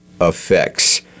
effects